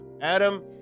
Adam